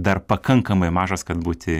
dar pakankamai mažas kad būti